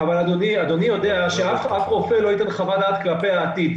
אבל אדוני יודע שאף רופא לא ייתן חוות דעת כלפי העתיד.